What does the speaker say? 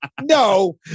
No